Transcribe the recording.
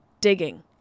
digging